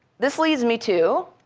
this leads me to